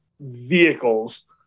vehicles